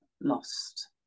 lost